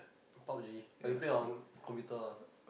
Pub-G or you play on computer ah